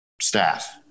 staff